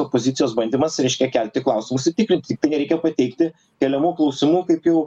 opozicijos bandymas reiškia kelti klausimus i tikrinti tiktai nereikia pateikti keliamų klausimų kaip jau